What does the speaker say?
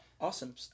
Awesome